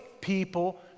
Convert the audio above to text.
people